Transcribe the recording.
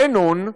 בנון,